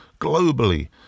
globally